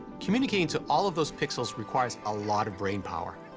communicating to all of those pixels requires a lot of brainpower.